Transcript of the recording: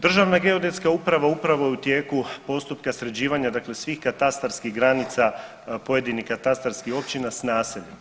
Državna geodetska uprava upravo je u tijeku postupka sređivanja dakle svih katastarskih granica pojedinih katastarskih općina s naseljem.